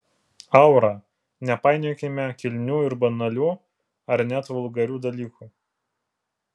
aura nepainiokime kilnių ir banalių ar net vulgarių dalykų